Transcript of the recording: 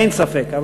אין ספק,